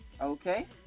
Okay